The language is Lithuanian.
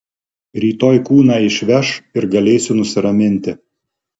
rytoj kūną išveš ir galėsiu nusiraminti